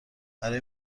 برای